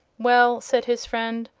well, said his friend,